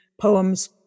poems